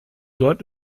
dort